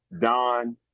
Don